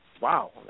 wow